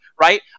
right